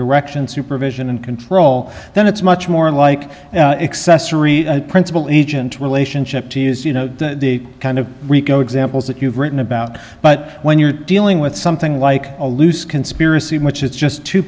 direction supervision and control then it's much more like accessory principle each and relationship to use you know the kind of rico examples that you've written about but when you're dealing with something like a loose conspiracy which is just two